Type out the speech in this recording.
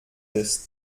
ist